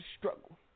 struggle